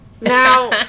now